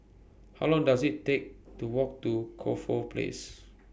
How Long Does IT Take to Walk to Corfe Place